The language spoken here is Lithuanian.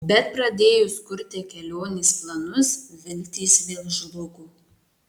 bet pradėjus kurti kelionės planus viltys vėl žlugo